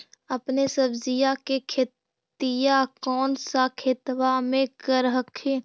अपने सब्जिया के खेतिया कौन सा खेतबा मे कर हखिन?